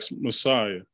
Messiah